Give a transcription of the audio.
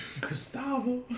Gustavo